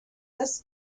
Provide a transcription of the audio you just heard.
this